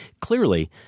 clearly